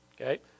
Okay